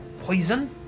poison